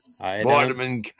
Vitamin